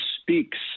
speaks